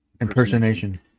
Impersonation